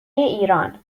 ایران